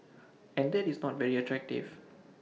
and that is not very attractive